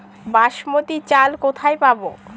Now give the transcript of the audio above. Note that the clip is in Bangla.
বাসমতী চাল কোথায় পাবো?